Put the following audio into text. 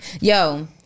Yo